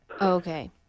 Okay